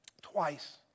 twice